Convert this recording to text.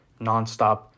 nonstop